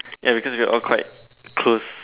ya because we're all quite close